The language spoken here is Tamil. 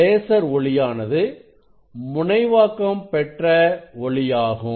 லேசர் ஒளியானது முனைவாக்கம் பெற்ற ஒளியாகும்